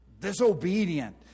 disobedient